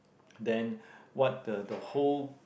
then what the the whole